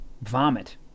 vomit